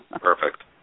Perfect